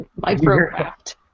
Microcraft